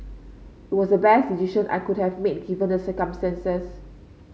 it was the best decision I could have made given the circumstances